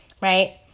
right